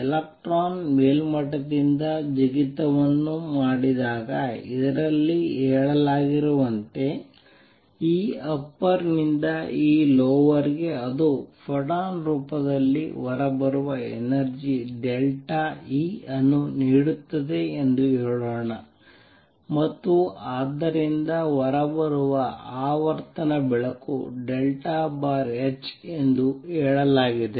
electron ಮೇಲ್ಮಟ್ಟದಿಂದ ಜಿಗಿತವನ್ನು ಮಾಡಿದಾಗ ಇದರಲ್ಲಿ ಹೇಳಲಾಗಿರುವಂತೆ Eupper ನಿಂದ Elower ಗೆ ಅದು ಫೋಟಾನ್ ರೂಪದಲ್ಲಿ ಹೊರಬರುವ ಎನರ್ಜಿ ಡೆಲ್ಟಾ E ಅನ್ನು ನೀಡುತ್ತದೆ ಎಂದು ಹೇಳೋಣ ಮತ್ತು ಆದ್ದರಿಂದ ಹೊರಬರುವ ಆವರ್ತನ ಬೆಳಕು h ಎಂದು ಹೇಳಲಾಗಿದೆ